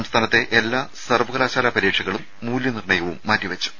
സംസ്ഥാനത്തെ എല്ലാ സർവ്വകലാശാല പരീക്ഷകളും മൂല്യനിർണ്ണയവും മാറ്റിവെച്ചു